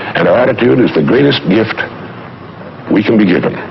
and our attitude is the greatest gift we can be given.